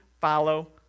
follow